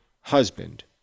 husband